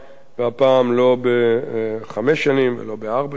והפעם לא בחמש שנים ולא בארבע שנים,